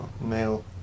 male